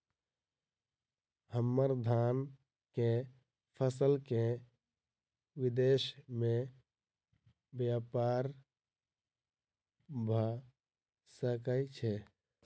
हम्मर धान केँ फसल केँ विदेश मे ब्यपार भऽ सकै छै?